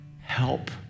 Help